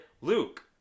Luke